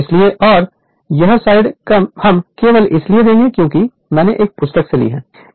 इसलिए और यह साइड हम केवल इसलिए देंगे क्योंकि मैंने एक पुस्तक ली है